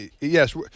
Yes